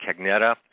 Cagnetta